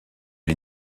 les